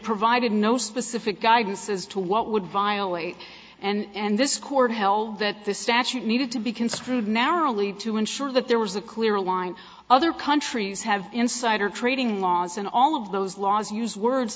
provided no specific guidance as to what would violate and this court held that this statute needed to be construed narrowly to ensure that there was a clear line other countries have insider trading laws as in all of those laws use words